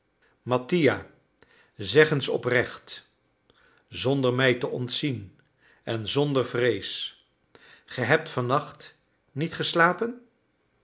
mattia zeg eens oprecht zonder mij te ontzien en zonder vrees ge hebt vannacht niet geslapen